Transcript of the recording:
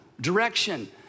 direction